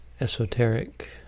esoteric